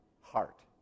heart